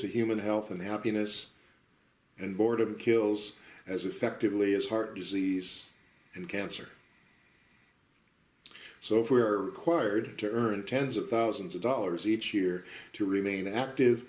to human health and happiness and boredom kills as effectively as heart disease and cancer so if we are quired to earn tens of thousands of dollars each year to remain active